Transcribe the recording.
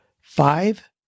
five